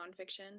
nonfiction